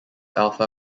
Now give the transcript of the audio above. alpha